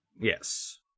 Yes